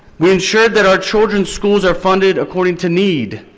we ensured that our children's schools are funded according to need,